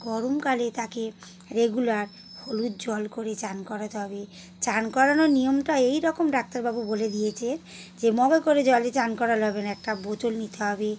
গরমকালে তাকে রেগুলার হলুদ জল করে চান করাতে হবে চান করানোর নিয়মটা এইরকম ডাক্তারবাবু বলে দিয়েছে যে মগে করে জল দিয়ে চান করালে হবে না একটা বোতল নিতে হবে